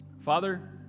Father